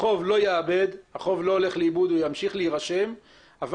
החוב לא הולך לאיבוד אלא הוא ימשיך להירשם אבל